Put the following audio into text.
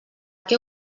què